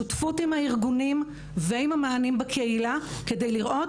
שותפות עם הארגונים ומענים בקהילה כדי לראות